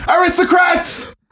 Aristocrats